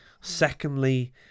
Secondly